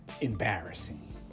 embarrassing